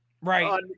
Right